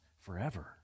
forever